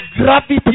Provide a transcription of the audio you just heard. gravity